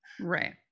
right